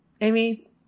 Amy